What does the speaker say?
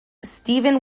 stephen